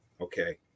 Okay